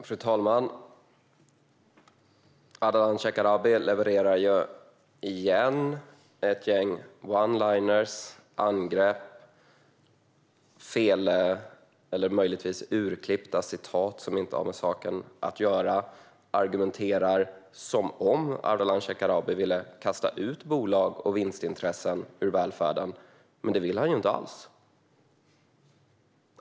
Fru talman! Ardalan Shekarabi levererar igen ett gäng oneliners, angrepp och felaktiga eller möjligtvis urklippta citat som inte har med saken att göra. Han argumenterar som om han ville kasta ut bolag och vinstintressen ur välfärden. Men det vill han ju inte alls!